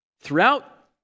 throughout